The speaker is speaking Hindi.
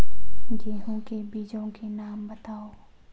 गेहूँ के बीजों के नाम बताओ?